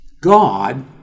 God